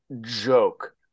joke